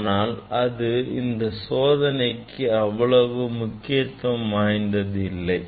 ஆனால் அது இந்த சோதனைக்கு அவ்வளவு முக்கியம் இல்லை